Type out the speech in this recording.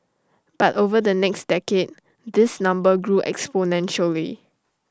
but over the next decade this number grew exponentially